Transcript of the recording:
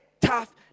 tough